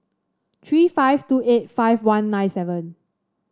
three five two eight five one nine seven